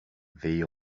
they